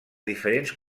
diferents